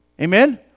amen